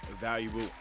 Valuable